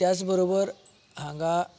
त्याच बरोबर हांगा